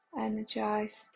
energized